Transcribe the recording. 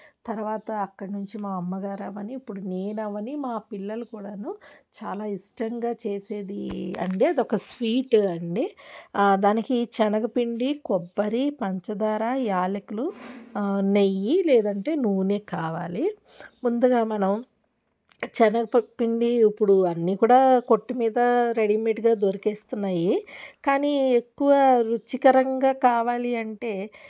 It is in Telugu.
తర్వాత అక్కడి నుంచి మా అమ్మగారు అవని ఇప్పుడు నేను అవని మా పిల్లలు కూడాను చాలా ఇష్టంగా చేసేది అంటే ఇది ఒక స్వీట్ అండి దానికి చెనగపిండి కొబ్బరి పంచదార యాలకులు నెయ్యి లేదంటే నూనె కావాలి ముందుగా మనం శనగపప్పు పిండి ఇప్పుడు అన్ని కూడా కొట్టు మీద రెడీమేడ్గా దొరికేస్తున్నాయి కానీ ఎక్కువ రుచికరంగా కావాలి అంటే